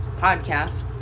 podcast